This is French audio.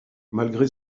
malgré